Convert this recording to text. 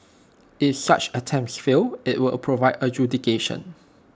if such attempts fail IT will provide adjudication